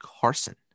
Carson